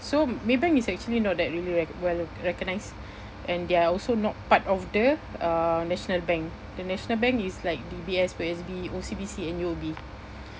so Maybank is actually not that really well recognised and they're also not part of the uh national bank the national bank is like D_B_S P_O_S_B O_C_B_C and U_O_B